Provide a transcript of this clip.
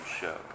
Show